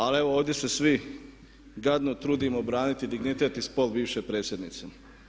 Ali evo ovdje se svi gadno trudimo braniti dignitet i spol bivše predsjednice.